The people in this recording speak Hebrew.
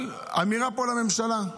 אבל אמירה פה לממשלה: